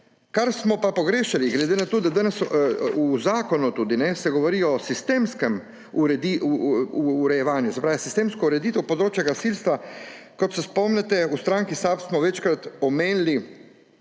Kar smo pa pogrešali – glede na to, da se v zakonu tudi govori o sistemskem urejevanju – je sistemska ureditev področja gasilstva. Kot se spomnite, smo v stranki SAB večkrat omenili,